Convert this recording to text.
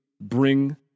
bring